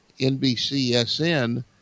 NBCSN